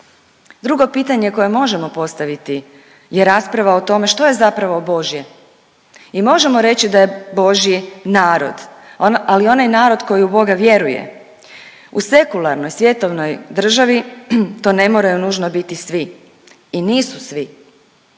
Drugo pitanje koje možemo postaviti je rasprava o tome što je zapravo božje? I možemo reći da je božji narod, ali onaj narod koji u boga vjeruje. U sekularnoj, svjetovnoj državi to ne moraju nužno biti svi i nisu svi.